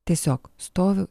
tiesiog stoviu